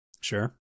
Sure